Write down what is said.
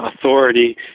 authority